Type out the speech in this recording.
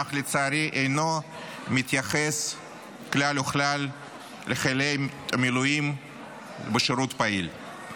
אך לצערי אינו מתייחס כלל וכלל לחיילי מילואים בשירות פעיל.